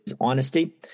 honesty